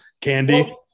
candy